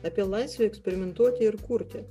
apie laisvę eksperimentuoti ir kurti